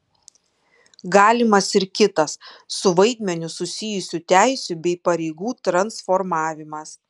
galimas ir kitas su vaidmeniu susijusių teisių bei pareigų transformavimas